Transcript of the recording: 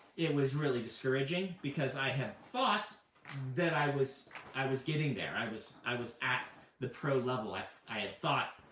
it was really discouraging, because i had thought that i was i was getting there. i was i was at the pro level. i i had thought,